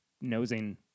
nosing